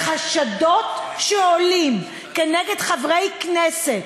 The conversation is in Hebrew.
לחשדות שעולים כנגד חברי כנסת,